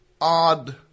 odd